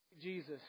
jesus